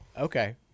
Okay